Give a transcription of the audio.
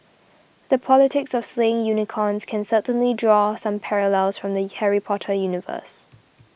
the politics of slaying unicorns can certainly draw some parallels from the Harry Potter universe